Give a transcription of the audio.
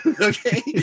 Okay